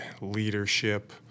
leadership